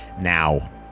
Now